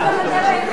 גם בחדרה אין,